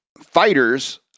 fighters